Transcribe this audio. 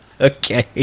Okay